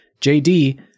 JD